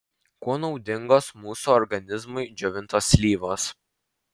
kuo naudingos mūsų organizmui džiovintos slyvos